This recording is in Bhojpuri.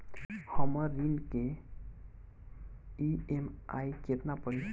हमर ऋण के ई.एम.आई केतना पड़ी?